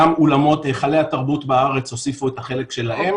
גם אולמות והיכלי התרבות בארץ הוסיפו את החלק שלהם,